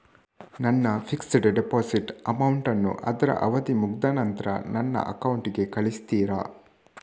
ನನ್ನ fixed deposit amount ಅನ್ನು ಅದ್ರ ಅವಧಿ ಮುಗ್ದ ನಂತ್ರ ನನ್ನ ಅಕೌಂಟ್ ಗೆ ಕಳಿಸ್ತೀರಾ?